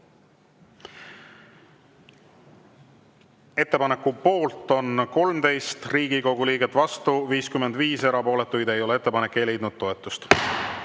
Ettepaneku poolt on 13 Riigikogu liiget, vastu 55, erapooletuid ei ole. Ettepanek ei leidnud toetust.